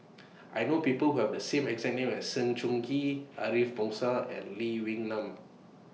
I know People Who Have The same exact name as Sng Choon Kee Ariff Bongso and Lee Wee Nam